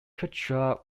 quechua